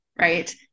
right